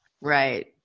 right